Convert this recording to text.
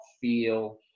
feel